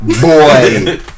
boy